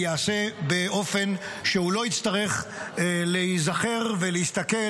תיעשה באופן שהוא לא יצטרך להיזכר ולהסתכל